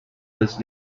was